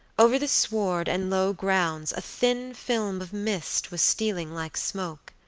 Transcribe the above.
over the sward and low grounds a thin film of mist was stealing like smoke,